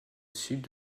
sud